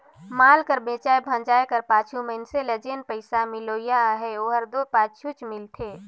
माल कर बेंचाए भंजाए कर पाछू मइनसे ल जेन पइसा मिलोइया अहे ओहर दो पाछुच मिलथे